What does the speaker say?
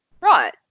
Right